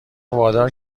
وادار